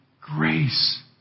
grace